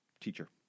teacher